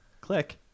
click